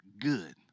good